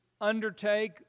undertake